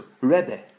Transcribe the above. Rebbe